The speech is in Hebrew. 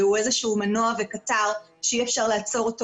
כי הוא איזשהו מנוע וקטר שאי אפשר לעצור אותו